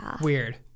Weird